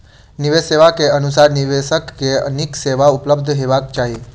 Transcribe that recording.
निवेश सेवा के अनुसार निवेशक के नीक सेवा उपलब्ध हेबाक चाही